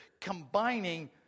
combining